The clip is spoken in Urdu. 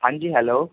ہان جی ہلو